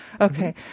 Okay